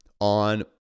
on